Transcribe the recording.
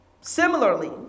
similarly